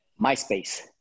MySpace